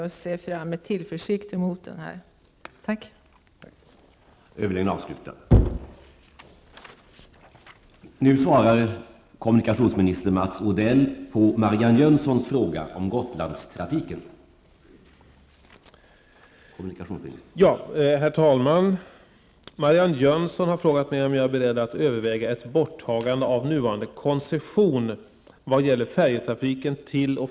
Jag ser med tillförsikt fram mot ytterligare besked.